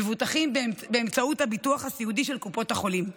מבוטחים באמצעות הביטוח הסיעודי של קופות החולים.